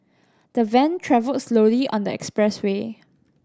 the van travelled slowly on the expressway